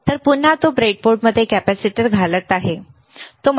तर पुन्हा तो ब्रेडबोर्डमध्ये कॅपेसिटर घालत आहे बरोबर